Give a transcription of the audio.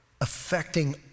affecting